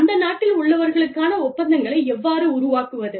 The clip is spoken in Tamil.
அந்த நாட்டில் உள்ளவர்களுக்கான ஒப்பந்தங்களை எவ்வாறு உருவாக்குவது